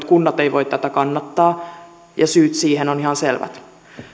kunnat eivät voi tätä kannattaa ja syyt siihen ovat ihan selvät